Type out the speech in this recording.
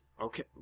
Okay